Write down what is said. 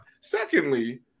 Secondly